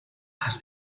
has